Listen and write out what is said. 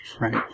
Right